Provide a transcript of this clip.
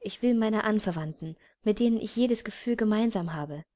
ich will meine anverwandten mit denen ich jedes gefühl gemeinsam habe